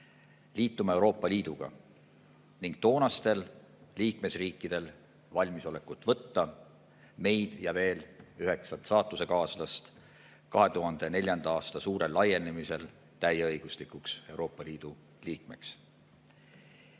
liituma Euroopa Liiduga, ning toonastel liikmesriikidel poleks olnud valmisolekut võtta meid ja veel üheksat saatusekaaslast 2004. aasta suurel laienemisel täieõiguslikuks Euroopa Liidu liikmeks.